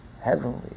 heavenly